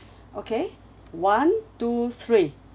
okay one two three